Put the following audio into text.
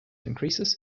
increases